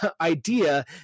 idea